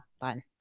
fun